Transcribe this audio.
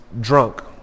drunk